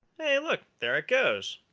hey, look, there it goes.